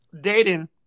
Dating